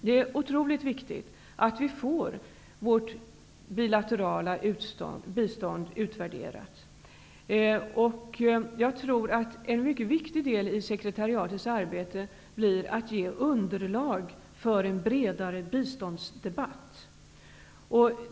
Det är otroligt viktigt att vi får vårt bilaterala bistånd utvärderat. Jag tror att en mycket viktig del i sekretariatets arbete blir att ge underlag för en bredare biståndsdebatt.